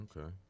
Okay